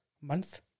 month